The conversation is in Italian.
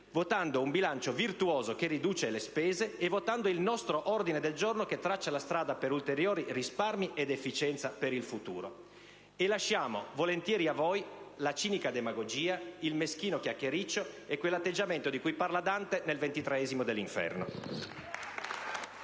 votando un bilancio virtuoso che riduce le spese e votando il nostro ordine del giorno che traccia la strada per ulteriori risparmi ed efficienza per il futuro; e lasciamo volentieri a voi la cinica demagogia, il meschino chiacchiericcio e quell'atteggiamento di cui parla Dante nel XXIII canto dell'Inferno.